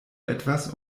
etwas